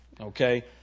okay